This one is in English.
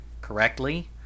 correctly